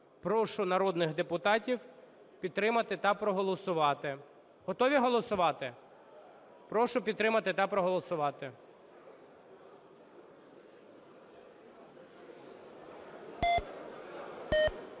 Прошу народних депутатів підтримати та проголосувати. Готові голосувати? Прошу підтримати та проголосувати.